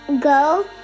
Go